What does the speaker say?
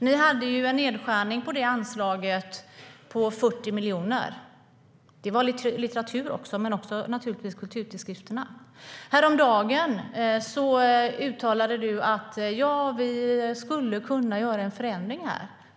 Ni hade ju en nedskärning på anslaget till litteratur och kulturtidskrifter på 40 miljoner. Häromdagen uttalade du att ni skulle kunna göra en förändring här.